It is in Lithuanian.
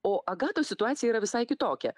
o agatos situacija yra visai kitokia